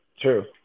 true